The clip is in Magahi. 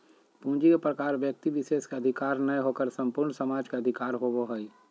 पूंजी के प्रकार व्यक्ति विशेष के अधिकार नय होकर संपूर्ण समाज के अधिकार होबो हइ